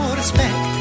respect